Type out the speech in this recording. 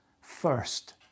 first